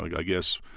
like i guess,